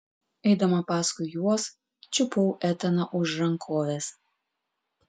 eidama paskui juos čiupau etaną už rankovės